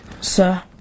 Sir